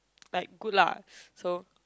like good lah so